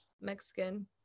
Mexican